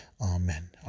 Amen